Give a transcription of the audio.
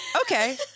okay